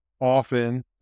often